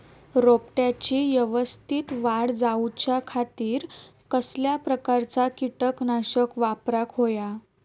रोपट्याची यवस्तित वाढ जाऊच्या खातीर कसल्या प्रकारचा किटकनाशक वापराक होया?